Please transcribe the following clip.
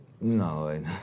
No